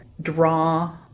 draw